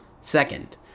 Second